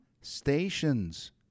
stations